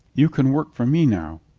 you can work for me now.